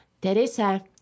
Teresa